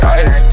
ice